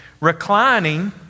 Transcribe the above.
reclining